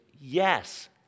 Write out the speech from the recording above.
yes